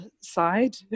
side